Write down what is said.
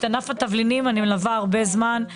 את ענף התבלינים אני מלווה הרבה זמן,